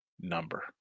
number